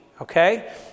okay